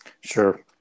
Sure